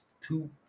two